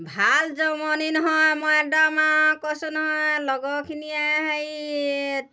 ভাল জমনি নহয় মই একদম আৰু কৈছোঁ নহয় লগৰখিনিয়ে হেৰি